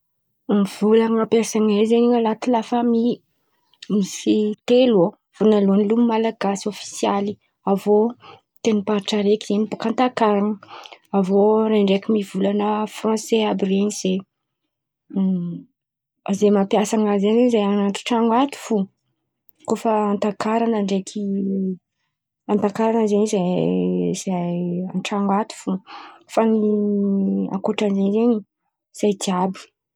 Volan̈a ampiasan̈ay eto zen̈y an̈aty lafamy misy telo. Voalalohan̈y zen̈y malagasy ôfisialy, avô ten̈im-paritra araky zen̈y Antakaran̈a avo rô ndraiky mivolan̈a franse àby ren̈y. Zahay mampiasa izy zen̈y zahay an̈aty tran̈o ato fo koa fa Antakaran̈a ndraiky Antakaran̈a zen̈y zahay zahay antran̈o ato fo.